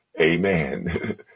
amen